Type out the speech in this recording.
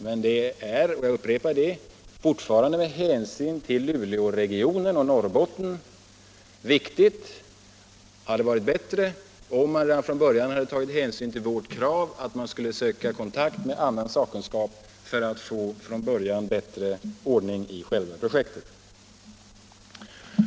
Men det hade — jag upprepar det — med hänsyn till Luleåregionen och Norrbotten varit bättre om man redan från början tagit fasta på vårt krav att man skulle söka kontakt med annan sakkunskap för att få bättre ordning i själva projektet.